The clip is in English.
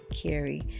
carry